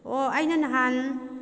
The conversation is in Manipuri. ꯑꯣ ꯑꯩꯅ ꯅꯍꯥꯟ